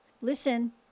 Listen